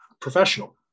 professional